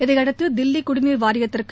இதையடுத்து தில்லி குடிநீர் வாரியத்துக்கு